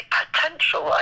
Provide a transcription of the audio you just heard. potential